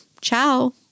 Ciao